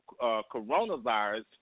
coronavirus